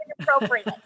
inappropriate